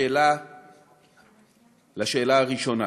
לשאלה הראשונה,